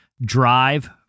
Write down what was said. drive